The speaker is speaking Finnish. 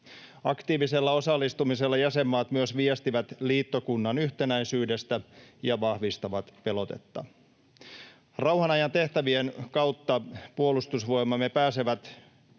Aktiivisella osallistumisella jäsenmaat myös viestivät liittokunnan yhtenäisyydestä ja vahvistavat pelotetta. Rauhan ajan tehtävien kautta puolustusvoimamme pääsevät